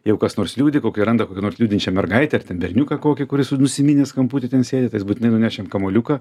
jeigu kas nors liūdi kokį randa kokią nors liūdinčią mergaitę berniuką kokį kuris nusiminęs kamputy ten sėdi tas būtinai nuneš jam kamuoliuką